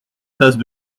tasse